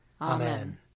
Amen